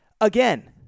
Again